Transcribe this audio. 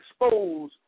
expose